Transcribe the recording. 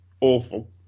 awful